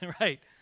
Right